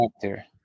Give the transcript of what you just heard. character